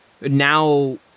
Now